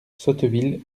sotteville